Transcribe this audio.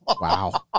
wow